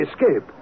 escape